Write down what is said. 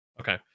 Okay